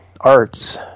arts